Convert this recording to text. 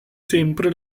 sempre